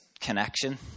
connection